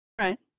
Right